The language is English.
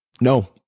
No